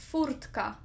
Furtka